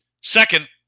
Second